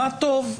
מה טוב,